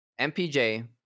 MPJ